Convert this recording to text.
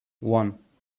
one